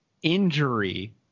injury